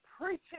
preaching